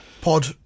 pod